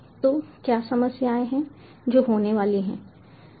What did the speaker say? तो क्या समस्याएं हैं जो होने वाली हैं